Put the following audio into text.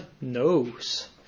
knows